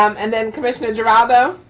um and then commissioner geraldo.